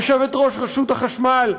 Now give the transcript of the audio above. יושבת-ראש רשות החשמל,